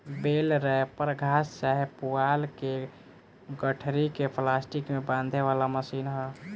बेल wrapper घास चाहे पुआल के गठरी के प्लास्टिक में बांधे वाला मशीन ह